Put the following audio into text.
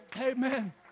Amen